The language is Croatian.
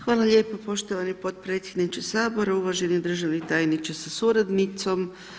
Hvala lijepo poštovani podpredsjedniče sabora, uvaženi državni tajniče sa suradnicom.